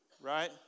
right